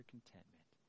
contentment